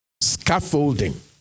scaffolding